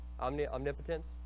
Omnipotence